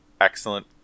excellent